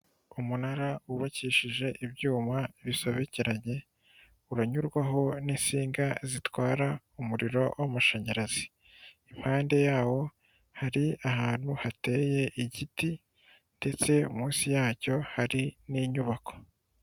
Umunara wubakishije ibyuma bisobekeranye, uranyurwaho n'insinga zitwara umuriro w'amashanyarazi, impande yawo hari ahantu hateye igiti ndetse munsi yacyo hari n'inyubako.